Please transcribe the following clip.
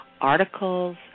articles